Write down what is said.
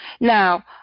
Now